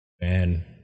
Man